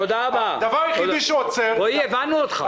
הדבר היחיד שעוצר --- רועי כהן, הבנו אותך.